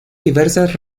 diversas